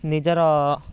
ନିଜର